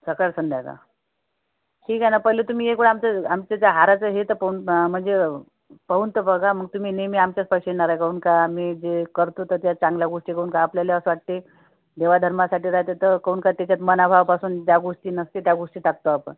सकाळ संध्याकाळ ठीक आहे ना पहिले तुम्ही एक वेळा आमचं आमचे जे हारचे हे तर पाऊन म्हणजे पाहून तर बघा मग तुम्ही नेहमी आमच्याचपाशी येणार ए काहून का आम्ही जे करतो तर ते चांगल्या गोष्टी करून तर आपल्याला असं वाटते देवाधर्मासाठी राहते तर करून काय त्याच्यात मनाभावापासून ज्या गोष्टी नसते त्या गोष्टी टाकतो आपण